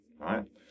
right